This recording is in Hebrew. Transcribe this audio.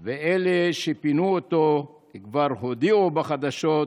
/ ואלה שפינו אותו כבר הודיעו בחדשות: